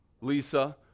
Lisa